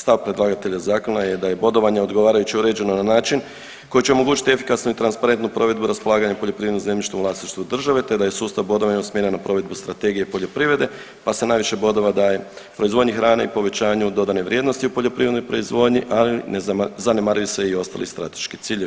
Stav predlagatelja zakona je da je bodovanje odgovarajuće uređeno na način koji će omogućiti efikasnu i transparentnu provedbu raspolaganja poljoprivrednim zemljištem u vlasništvu države te da je sustav bodovanja usmjeren na provedbu strategije poljoprivrede pa se najviše bodova daje proizvodnji hrane i povećanju dodatne vrijednosti u poljoprivrednoj proizvodnji, ali ne zanemaruju se i ostali strateški ciljevi.